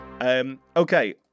Okay